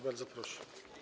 Bardzo proszę.